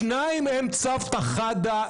שניים מהם צוותא חדא,